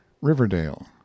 riverdale